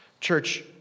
Church